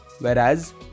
Whereas